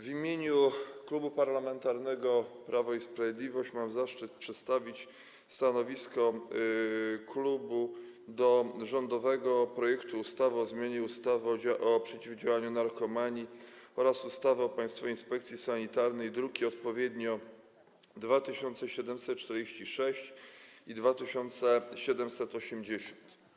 W imieniu Klubu Parlamentarnego Prawo i Sprawiedliwość mam zaszczyt przedstawić stanowisko wobec rządowego projektu ustawy o zmianie ustawy o przeciwdziałaniu narkomanii oraz ustawy o Państwowej Inspekcji Sanitarnej, odpowiednio druki nr 2746 i 2780.